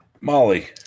Molly